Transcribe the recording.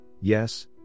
Yes